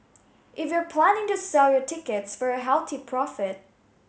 if you're planning to sell your tickets for a healthy profit